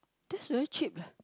that's very cheap leh